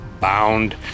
bound